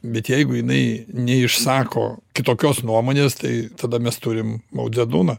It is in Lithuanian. bet jeigu jinai neišsako kitokios nuomonės tai tada mes turim mau dzedūną